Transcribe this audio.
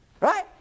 Right